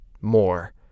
more